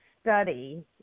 study